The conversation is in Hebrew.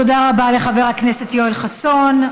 תודה רבה לחבר הכנסת יואל חסון.